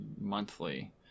monthly